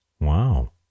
Wow